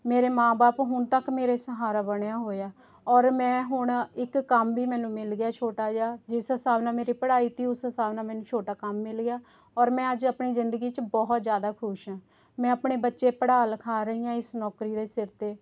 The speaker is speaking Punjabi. ਮੇਰੇ ਮਾਂ ਬਾਪ ਹੁਣ ਤੱਕ ਮੇਰੇ ਸਹਾਰਾ ਬਣੇ ਹੋਏ ਆ ਔਰ ਮੈਂ ਹੁਣ ਇੱਕ ਕੰਮ ਵੀ ਮੈਨੂੰ ਮਿਲ ਗਿਆ ਛੋਟਾ ਜਾ ਜਿਸ ਹਿਸਾਬ ਨਾਲ ਮੇਰੀ ਪੜ੍ਹਾਈ ਤੀ ਉਸ ਹਿਸਾਬ ਨਾਲ ਮੈਨੂੰ ਛੋਟਾ ਕੰਮ ਮਿਲ ਗਿਆ ਔਰ ਮੈਂ ਅੱਜ ਆਪਣੀ ਜ਼ਿੰਦਗੀ ਵਿੱਚ ਬਹੁਤ ਜ਼ਿਆਦਾ ਖੁਸ਼ ਹਾਂ ਮੈਂ ਆਪਣੇ ਬੱਚੇ ਪੜ੍ਹਾ ਲਿਖਾ ਰਹੀ ਹਾਂ ਇਸ ਨੌਕਰੀ ਦੇ ਸਿਰ 'ਤੇ